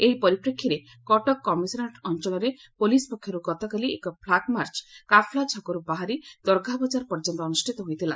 ଏହି ପରିପ୍ରେଷୀରେ କଟକ କମିଶନରେଟ୍ ଅଞ୍ଞଳରେ ପୁଲିସ୍ ପକ୍ଷରୁ ଗତକାଲି ଏକ ଫ୍ଲଗମାର୍ଚ୍ଚ କାଫଲା ଛକରୁ ବାହାରି ଦରଘାବଜାର ପର୍ଯ୍ୟନ୍ତ ଅନୁଷିତ ହୋଇଥିଲା